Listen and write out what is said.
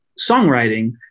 songwriting